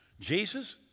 Jesus